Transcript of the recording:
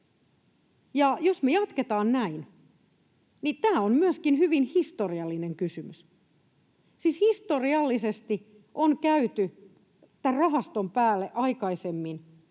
jos me jatketaan näin, niin tämä on myöskin hyvin historiallinen kysymys. Siis historiallisesti on käyty tämän rahaston päälle aikaisemmin,